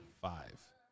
Five